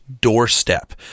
doorstep